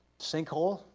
sinkhole